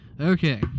Okay